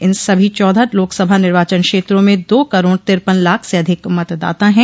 इन सभी चौदह लोकसभा निर्वाचन क्षेत्रों में दो करोड़ तिरपन लाख से अधिक मतदाता है